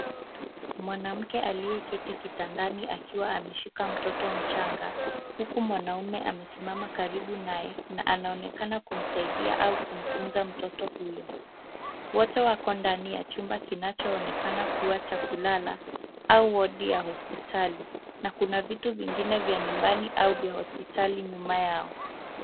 Mwanamke aliye keti kitandani akiwa ameshika mtoto mchanga, huku mwanaume amesimama karibu naye anaonekana kumsaidia au kumtunza mtoto huyo. Wote wako ndani ya chumba kinacho onekana kuwa cha kulala au wodi ya hospitali na kuna vitu vingine vya nyumbani au vya hospitali nyuma yao.